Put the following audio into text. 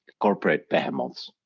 corporate panels.